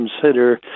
consider